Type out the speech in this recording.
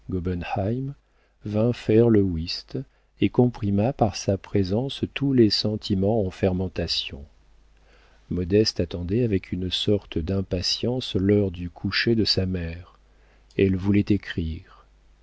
vint faire le whist et comprima par sa présence tous les sentiments en fermentation modeste attendait avec une sorte d'impatience l'heure du coucher de sa mère elle voulait écrire